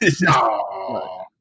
No